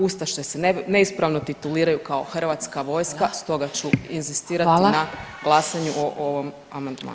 Ustaše se neispravno tituliraju kao hrvatska vojska, stoga ću inzistirati na glasanju [[Upadica: Hvala.]] o ovom amandmanu.